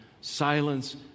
Silence